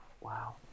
wow